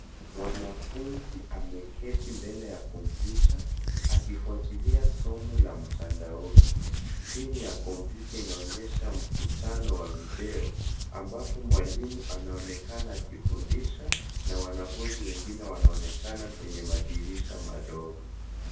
Mwanafunzi ameketi mbele ya kompyuta akifuatilia somo la mtandaoni. Skrini ya kompyuta inaonyesha mkutano wa video ambapo mwalimu anaonekana akifundisha na wanafunzi wengine wanaonekana kwenye madirisha madogo.